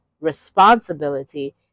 responsibility